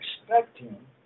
expecting